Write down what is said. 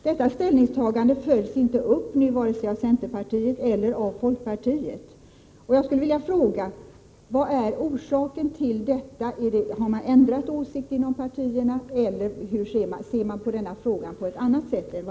Detta ställnings tagande följs nu inte upp vare sig av centerpartiet eller folkpartiet. Jag skulle — Nr 22 vilja fråga: Vad är orsaken till detta? Har man ändrat åsikter inom dessa